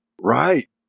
Right